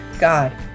God